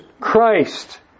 Christ